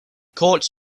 court